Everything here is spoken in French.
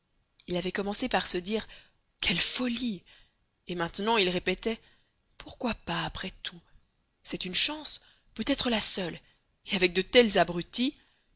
il avait commencé par se dire quelle folie et maintenant il répétait pourquoi pas après tout c'est une chance peut-être la seule et avec de tels abrutis